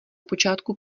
počátku